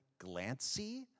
Glancy